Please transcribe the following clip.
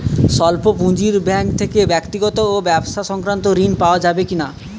স্বল্প পুঁজির ব্যাঙ্ক থেকে ব্যক্তিগত ও ব্যবসা সংক্রান্ত ঋণ পাওয়া যাবে কিনা?